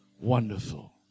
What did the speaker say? wonderful